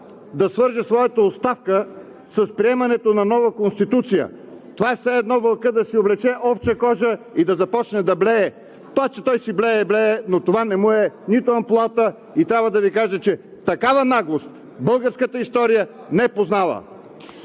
да свърже своята оставка с приемането на нова Конституция. Това е все едно вълкът да си облече овча кожа и да започне да блее. Това че той си блее – блее, но това не му е нито амплоато и трябва да Ви кажа, че такава наглост българската история не познава!